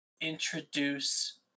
introduce